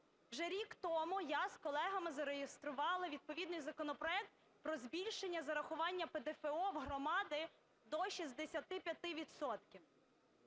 Вже рік тому я з колегами зареєструвала відповідний законопроект про збільшення зарахування ПДФО в громади до 65